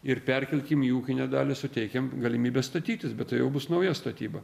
ir perkelkime į ūkinę dalį suteikiant galimybę statytis bet tai jau bus nauja statyba